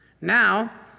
Now